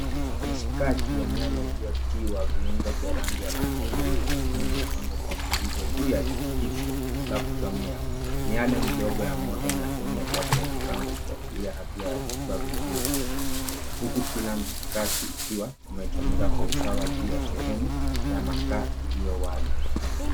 Mishkaki ya nyama iliyotiwa viungo vya rangi ya kahawia na nyekundu imepangwa kwa mviringo juu ya jiko la kuchomea. Miale ya moto inapenya kati ya vipande ikiashiria hatua ya kukua vizuri huku kila mshikaki ukiwa umechomeka Kwa usawa juu ya sehemu ya makaa iliyo wazi.